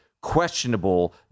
questionable